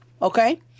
Okay